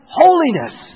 holiness